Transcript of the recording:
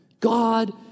God